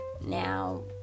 Now